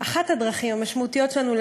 אחת הדרכים המשמעותיות שלנו,